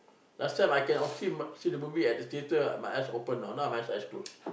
last time I can oft~ see the movie at the theater my eyes open know my eyes closed